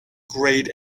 grayed